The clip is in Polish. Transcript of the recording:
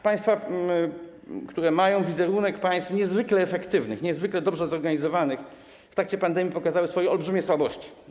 Państwa, które mają wizerunek państw niezwykle efektywnych, niezwykle dobrze zorganizowanych, w tracie pandemii pokazały swoje olbrzymie słabości.